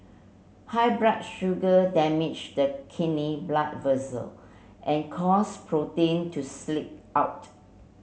high blood sugar damage the kidney blood vessel and cause protein to sleep out